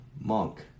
monk